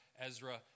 Ezra